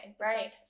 Right